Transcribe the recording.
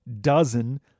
dozen